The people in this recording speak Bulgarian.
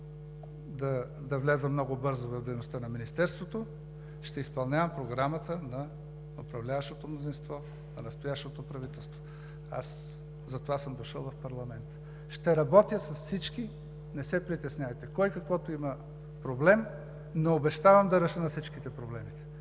да вляза много бързо в дейността на Министерството, ще изпълнявам Програмата на управляващото мнозинство на настоящото правителство. Аз затова съм дошъл в парламента. Ще работя с всички, не се притеснявайте, кой какъвто има проблем. Не обещавам да реша на всички проблемите,